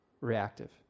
reactive